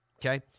Okay